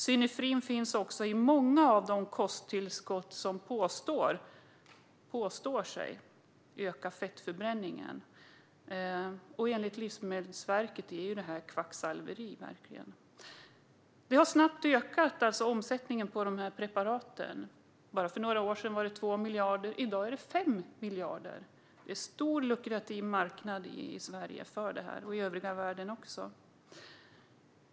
Synefrin finns i många av de kosttillskott som påstås öka fettförbränningen. Enligt Livsmedelsverket är det här verkligen kvacksalveri. Omsättningen har ökat snabbt. Bara för några år sedan omsatte branschen 2 miljarder, och i dag är det 5 miljarder. Det är en stor och lukrativ marknad för det här i Sverige och i övriga världen.